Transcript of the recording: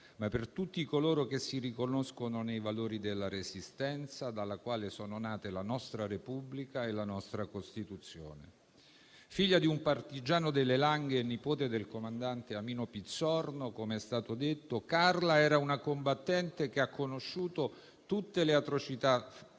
ma per tutti coloro che si riconoscono nei valori della Resistenza, dalla quale sono nate la nostra Repubblica e la nostra Costituzione. Figlia di un partigiano delle Langhe e nipote del comandante Amino Pizzorno, com'è stato detto, Carla era una combattente e ha conosciuto tutte le atrocità del